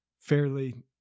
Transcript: fairly